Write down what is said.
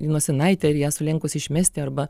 į nosinaitę ir ją sulenkus išmesti arba